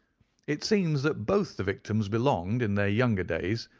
it seems that both the victims belonged, in their younger days,